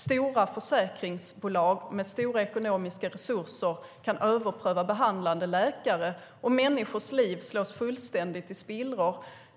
Stora försäkringsbolag med stora ekonomiska resurser kan överpröva behandlande läkare. Människors liv slås fullständigt i spillror.